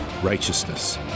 righteousness